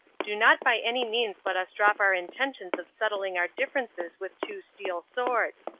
do not by any means let us drop our intentions of settling our differences with two steel swords.